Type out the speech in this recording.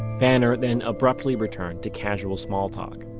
vanner then abruptly returned to casual smalltalk.